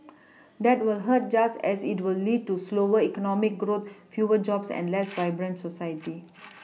that will hurt just as it will lead to slower economic growth fewer jobs and less vibrant society